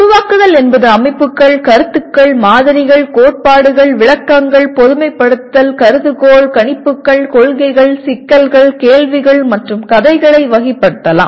உருவாக்குதல் என்பது அமைப்புகள் கருத்துகள் மாதிரிகள் கோட்பாடுகள் விளக்கங்கள் பொதுமைப்படுத்தல் கருதுகோள் கணிப்புகள் கொள்கைகள் சிக்கல்கள் கேள்விகள் மற்றும் கதைகளை வகைப்படுத்தலாம்